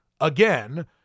again